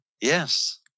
yes